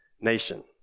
nation